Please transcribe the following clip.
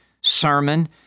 sermon